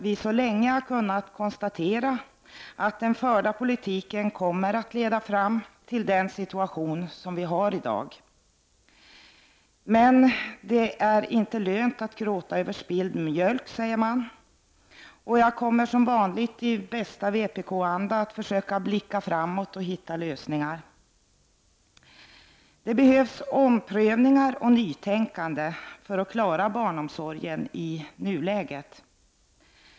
Vi har länge kunnat konstatera att den förda politiken kommer att leda fram till den situation som vi har i dag. Men det är inte lönt att gråta över spilld mjölk. Jag kommer som vanligt att i bästa vpk-anda försöka blicka framåt och hitta lösningar. Det behövs omprövningar och nytänkande för att klara barnomsorgen i nuläget.